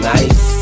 Nice